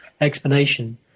explanation